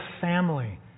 family